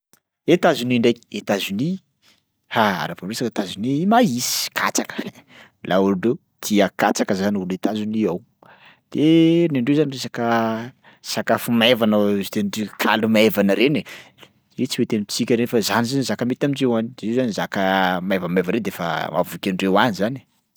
Etazonia ndraiky Etazonia, ha! Raha vao miresaka Etazonia maïs katsaka laolo reo tia katsaka zany olo Etazonia ao. De nen'reo zany resaka sakafo maivana hozy tenindri- kaly maivana reny e, io tsy mety amintsika reny fa zany zany zaka mety amindreo any, de io zany zaka maivamaivana re de fa mahavoky andreo any zany e.